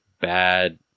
bad